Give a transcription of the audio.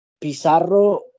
Pizarro